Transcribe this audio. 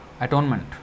Atonement